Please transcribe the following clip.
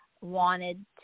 wanted